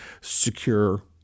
secure